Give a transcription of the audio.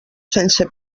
sense